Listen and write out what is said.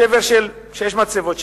שבר של שש מצבות,